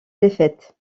défaites